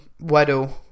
Weddle